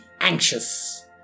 anxious